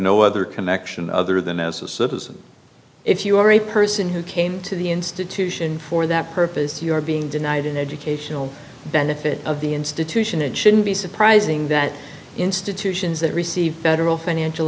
no other connection other than as a citizen if you are a person who came to the institution for that purpose you are being denied an educational benefit of the institution it shouldn't be surprising that institutions that receive federal financial